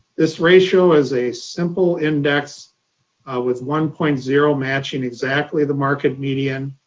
this ratio is a simple index with one point zero matching exactly the market median,